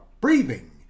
breathing